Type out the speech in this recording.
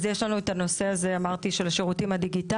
אז יש לנו את הנושא של השירותים הדיגיטליים,